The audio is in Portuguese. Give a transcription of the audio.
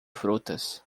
frutas